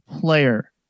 player